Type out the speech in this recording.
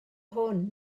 hwn